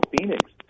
Phoenix